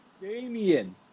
Damien